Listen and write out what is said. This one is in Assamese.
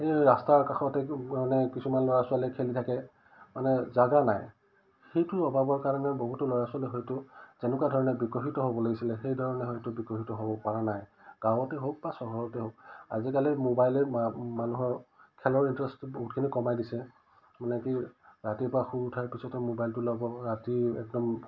এই ৰাস্তাৰ কাষতে মানে কিছুমান ল'ৰা ছোৱালীয়ে খেলি থাকে মানে জাগা নাই সেইটো অভাৱৰ কাৰণে বহুতো ল'ৰা ছোৱালীয়ে হয়তো যেনেকুৱা ধৰণে বিকশিত হ'ব লাগিছিলে সেইধৰণে হয়তো বিকশিত হ'ব পৰা নাই গাঁৱতে হওক বা চহৰতে হওক আজিকালি মোবাইলে মা মানুহৰ খেলৰ ইণ্টাৰেষ্টটো বহুতখিনি কমাই দিছে মানে কি ৰাতিপুৱা শুই উঠাৰ পিছতে মোবাইলটো ল'ব ৰাতি একদম